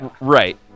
Right